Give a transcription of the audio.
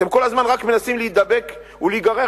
אתם כל הזמן רק מנסים להידבק ולהיגרר